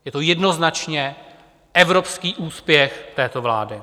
Je to jednoznačně evropský úspěch této vlády.